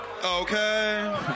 Okay